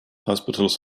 hospitals